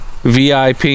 VIP